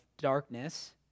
darkness